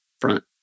front